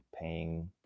paying